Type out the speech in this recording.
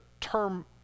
term